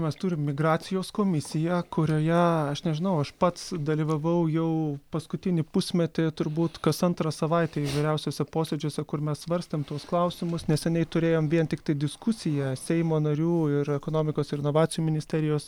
mes turim migracijos komisiją kurioje aš nežinau aš pats dalyvavau jau paskutinį pusmetį turbūt kas antrą savaitę įvairiausiuose posėdžiuose kur mes svarstėm tuos klausimus neseniai turėjom vien tiktai diskusiją seimo narių ir ekonomikos ir inovacijų ministerijos